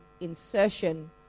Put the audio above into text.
insertion